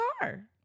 car